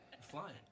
flying